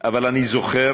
אבל אני זוכר